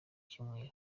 cyumweru